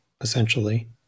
essentially